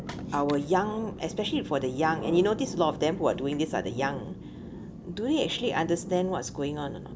our young especially for the young and you noticed a lot of them who are doing this are the young do they actually understand what's going on or not